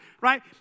right